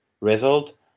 result